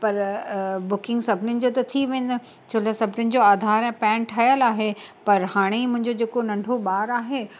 पर बुकिंग सभिनीनि जो थी वेंदो छो लाइ सभिनीनि जो आधार ऐं पैन ठहियल आहे पर हाणे मुंहिंजो जेको नंढो ॿारु आहे